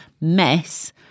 mess